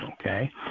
okay